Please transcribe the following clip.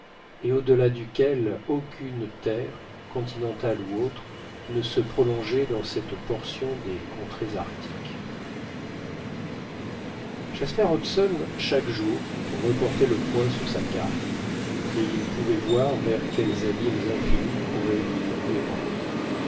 et au-delà duquel aucune terre continentale ou autre ne se prolongeait dans cette portion des contrées arctiques jasper hobson chaque jour reportait le point sur sa carte et il pouvait voir vers quels abîmes infinis courait l'île